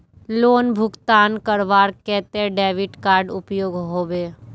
Loan भुगतान करवार केते डेबिट कार्ड उपयोग होबे?